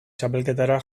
txapelketara